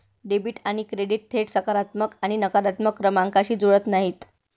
debit आणि credit थेट सकारात्मक आणि नकारात्मक क्रमांकांशी जुळत नाहीत